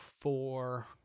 four